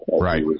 Right